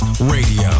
Radio